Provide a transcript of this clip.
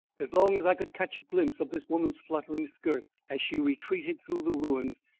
as long as i could catch a glimpse of this woman's fluttering skirt as she retreated through the ruins,